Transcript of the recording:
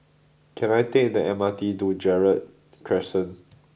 can I take the M R T to Gerald Crescent